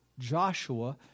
Joshua